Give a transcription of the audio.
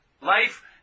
Life